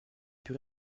plus